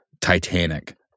titanic